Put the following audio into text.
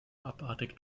abartig